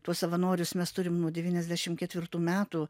tuos savanorius mes turim nuo devyniasdešim ketvirtų metų